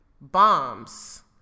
bombs